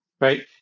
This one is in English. right